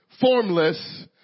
formless